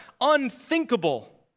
unthinkable